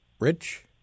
Rich